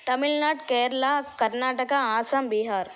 Tamil Nadu Kerala Karnataka Assam Bihar